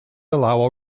allow